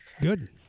Good